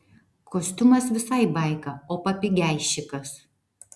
kostiumas visai baika o papigeišikas